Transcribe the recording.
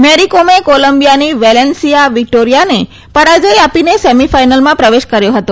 મેરીકોમે કોલંબિયાની વેલેન્સીયા વિક્ટોરિયાને પરાજય આપીને સેમીફાઈનલમાં પ્રવેશ કર્યો હતો